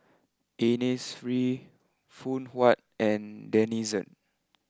Innisfree Phoon Huat and Denizen